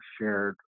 shared